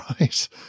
Right